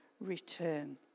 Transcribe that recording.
return